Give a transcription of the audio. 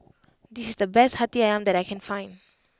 this is the best Hati Ayam that I can find